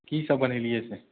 की सब बनेलिऐ से